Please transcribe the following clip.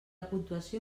puntuació